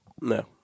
no